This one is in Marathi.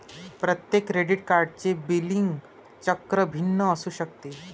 प्रत्येक क्रेडिट कार्डचे बिलिंग चक्र भिन्न असू शकते